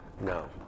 No